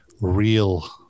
Real